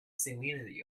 salinity